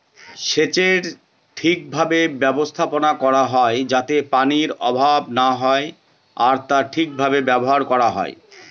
সেচের ঠিক ভাবে ব্যবস্থাপনা করা হয় যাতে পানির অভাব না হয় আর তা ঠিক ভাবে ব্যবহার করা হয়